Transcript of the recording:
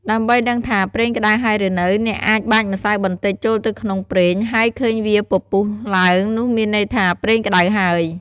ដើម្បីដឹងថាប្រេងក្ដៅហើយឬនៅ អ្នកអាចបាចម្សៅបន្តិចចូលទៅក្នុងប្រេង បើឃើញវាពពុះឡើងនោះមានន័យថាប្រេងក្ដៅហើយ។